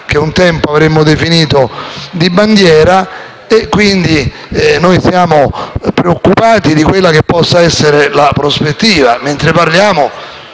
che un tempo avremmo definito di bandiera e quindi siamo preoccupati di quella che può essere la prospettiva.